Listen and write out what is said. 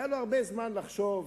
היה לו הרבה זמן לחשוב